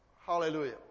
Hallelujah